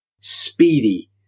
speedy